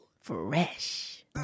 Fresh